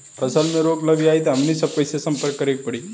फसल में रोग लग जाई त हमनी सब कैसे संपर्क करें के पड़ी?